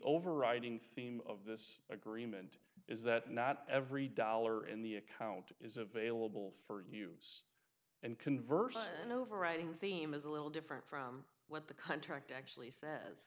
overriding theme of this agreement is that not every dollar in the account is available for use and converse an overriding theme is a little different from what the contract actually says